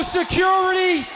security